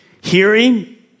Hearing